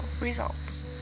results